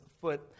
foot